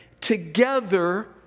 together